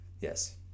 yes